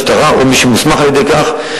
זו משטרה או מי שמוסמך לכך,